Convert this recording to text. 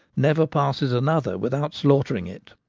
never passes another without slaughtering it.